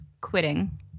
quitting